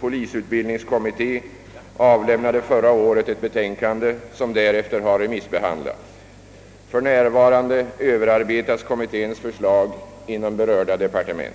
polisutbildningskommitté avlämnade förra året ett betänkande som därefter har remissbehandlats. För närvarande överarbetas kommitténs förslag inom berörda departement.